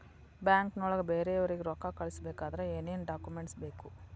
ಬ್ಯಾಂಕ್ನೊಳಗ ಬೇರೆಯವರಿಗೆ ರೊಕ್ಕ ಕಳಿಸಬೇಕಾದರೆ ಏನೇನ್ ಡಾಕುಮೆಂಟ್ಸ್ ಬೇಕು?